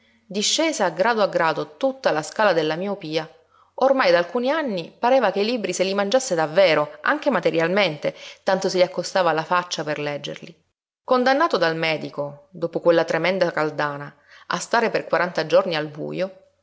a grado a grado tutta la scala della miopia ormai da alcuni anni pareva che i libri se li mangiasse davvero anche materialmente tanto se li accostava alla faccia per leggerli condannato dal medico dopo quella tremenda caldana a stare per quaranta giorni al bujo